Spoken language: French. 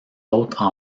autres